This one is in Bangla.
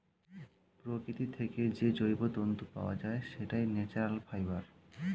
প্রকৃতি থেকে যে জৈব তন্তু পাওয়া যায়, সেটাই ন্যাচারাল ফাইবার